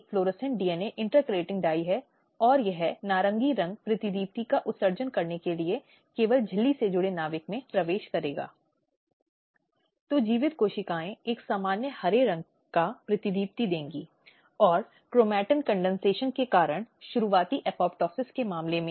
slide समय देखें 1534 अब ये दो अन्य ऐतिहासिक फैसले हैं कई अन्य हैं जो विशेष रूप से कुछ दिशानिर्देशों को पूरा करने की कोशिश करते हैं